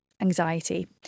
anxiety